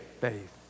faith